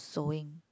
sewing